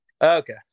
Okay